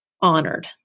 honored